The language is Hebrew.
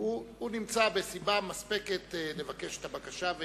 הוא נמצא בסיבה מספקת לבקש את הבקשה,